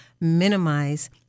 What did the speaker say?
minimize